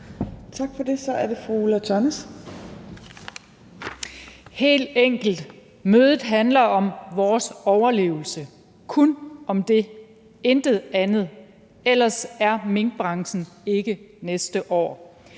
Tørnæs. Kl. 17:10 Ulla Tørnæs (V): »Helt enkelt: Mødet handler om vores overlevelse. Kun om det. Intet andet. Ellers er minkbranchen der ikke næste år.«